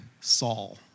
Saul